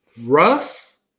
Russ